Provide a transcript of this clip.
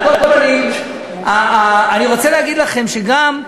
על כל פנים, אני רוצה להגיד לכם שגם,